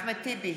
אחמד טיבי,